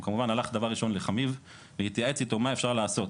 הוא כמובן הלך דבר ראשון לחמיו והתייעץ איתו מה אפשר לעשות.